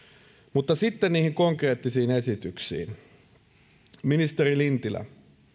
mutta sitten niihin konkreettisiin esityksiin ministeri lintilä